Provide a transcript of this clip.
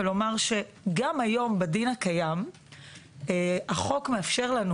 ולומר שגם היום בדין הקיים החוק מאפשר לנו,